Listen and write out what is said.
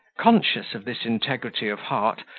conscious of this integrity of heart,